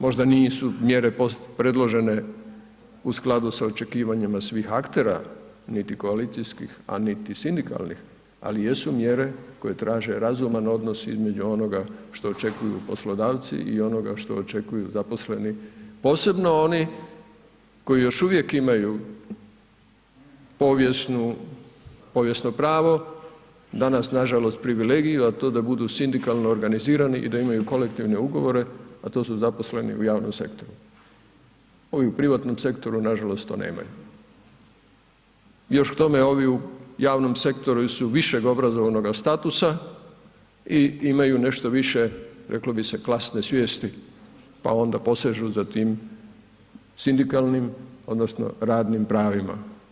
Možda nisu mjere predložene u skladu sa očekivanjima svih aktera, niti koalicijskih a niti sindikalnih ali jesu mjere koje traže razuman odnos između onoga što očekuju poslodavci i onoga što očekuju zaposleni, posebno oni koji još uvijek imaju povijesnu, povijesno pravo, danas nažalost privilegiju, a to da budu sindikalno organizirani i da imaju kolektivne ugovore, a to zaposleni u javnom sektoru, ovi u privatnom sektoru nažalost to nemaju, još k tome ovi u javnom sektoru su višeg obrazovnoga statusa i imaju nešto više reklo bi se klasne svijesti, pa onda posežu za tim sindikalnim odnosno radnim pravima.